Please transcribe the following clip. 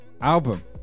album